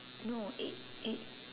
no eight eight